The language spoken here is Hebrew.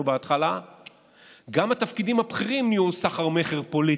בהתחלה גם התפקידים הבכירים נהיו סחר-מכר פוליטי.